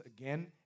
again